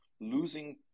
losing